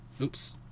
Oops